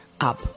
up